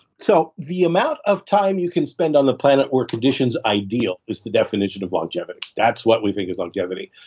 so the amount of time you can spend on the planet or conditions ideal is the definition of longevity. that's what we think is longevity.